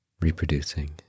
reproducing